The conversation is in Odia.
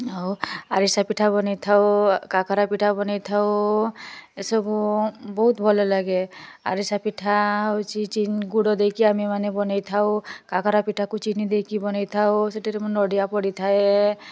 ଆଉ ଆରିସା ପିଠା ବନାଇଥାଉ କାକରା ପିଠା ବନାଇଥାଉ ଏ ସବୁ ବହୁତ ଭଲ ଲାଗେ ଆରିସା ପିଠା ହେଉଛି ଗୁଡ଼ ଦେଇକି ଆମେ ମାନେ ବନେଇଥାଉ କାକରା ପିଠାକୁ ଚିନି ଦେଇକି ବନାଇଥାଉ ସେଥିରେ ପୁଣି ନଡ଼ିଆ ପଡ଼ିଥାଏ